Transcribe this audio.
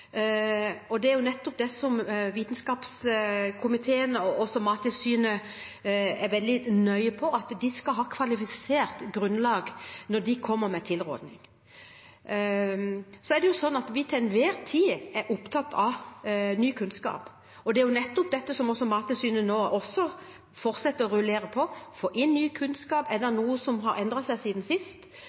Det er nettopp det Vitenskapskomiteen og Mattilsynet er veldig nøye på, at de skal ha kvalifisert grunnlag når de kommer med tilrådning. Det er sånn at vi til enhver tid er opptatt av ny kunnskap. Det er nettopp dette Mattilsynet nå også fortsetter å rullere på, å få inn kunnskap – er det noe som har endret seg siden sist?